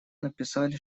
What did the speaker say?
написали